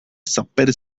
saper